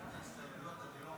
אני לא הבנתי את ההסתייגויות.